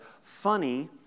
funny